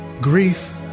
grief